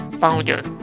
Founder